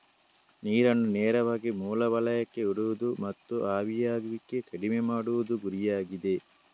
ನೀರನ್ನು ನೇರವಾಗಿ ಮೂಲ ವಲಯಕ್ಕೆ ಇಡುವುದು ಮತ್ತು ಆವಿಯಾಗುವಿಕೆ ಕಡಿಮೆ ಮಾಡುವುದು ಗುರಿಯಾಗಿದೆ